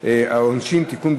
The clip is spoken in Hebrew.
העונשין (תיקון,